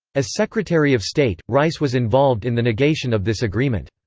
as secretary of state, rice was involved in the negation of this agreement.